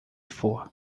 for